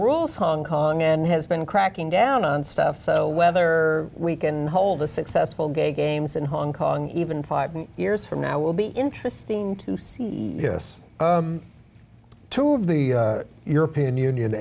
rules hong kong and has been cracking down on stuff so whether we can hold a successful games in hong kong even five years from now will be interesting to see this tour of the european union